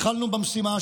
התחלנו במשימה,